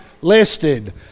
listed